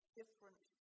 different